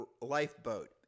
lifeboat